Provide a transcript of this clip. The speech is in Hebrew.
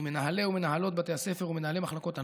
עם מנהלי ומנהלות בתי הספר ומנהלי מחלקות הנוער,